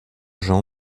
jean